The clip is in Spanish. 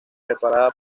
preparada